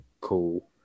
cool